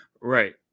right